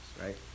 right